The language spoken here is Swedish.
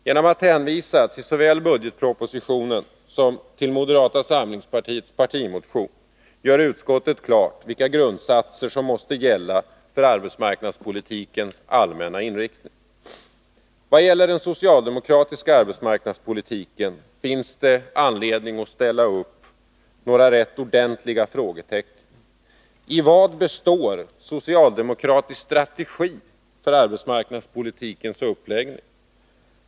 Genom att hänvisa till såväl budgetpropositionen som till moderata samlingspartiets partimotion gör utskottet klart vilka grundsatser som måste gälla för arbetsmarknadspolitikens allmänna inriktning. Vad gäller den socialdemokratiska arbetsmarknadspolitiken finns det anledning att ställa upp några rätt ordentliga frågetecken. I vad består socialdemokratisk strategi för arbetsmarknadspolitikens inriktning?